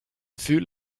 ful